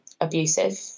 abusive